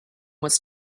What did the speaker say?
was